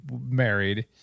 married